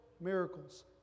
miracles